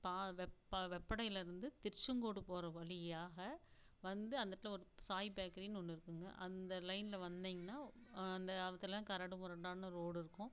வெப்ப வெப்படையிலேருந்து திருச்செங்கோடு போகிற வழியாக வந்து அந்த இடத்தில் ஒரு சாய் பேக்கரின்னு ஒன்று இருக்குங்க அந்த லைனில் வந்திங்கனா அந்த இடத்துல கரடு முரடான ரோடு இருக்கும்